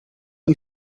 you